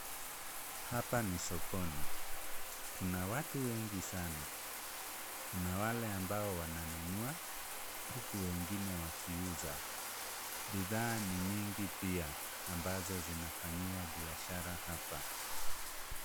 Hapa ni sokoni. Kuna watu wengi sana. Kuna wale ambao wananunua huku wengine wakiuza. Bidhaa ni nyingi pia ambazo zinafanyiwa biashara hapa.